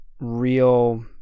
real